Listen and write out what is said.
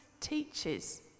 teaches